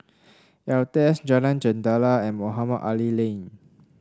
Altez Jalan Jendela and Mohamed Ali Lane